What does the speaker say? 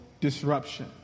disruption